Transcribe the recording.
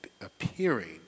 appearing